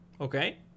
okay